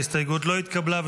ההסתייגות לא התקבלה.